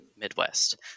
Midwest